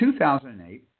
2008